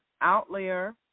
outlier